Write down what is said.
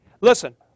Listen